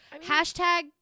hashtag